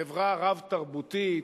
חברה רב-תרבותית,